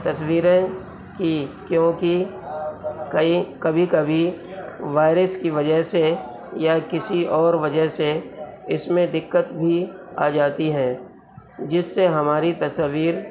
تصویریں کی کیوں کہ کئی کبھی کبھی وائرس کی وجہ سے یا کسی اور وجہ سے اس میں دقت بھی آ جاتی ہے جس سے ہماری تصاویر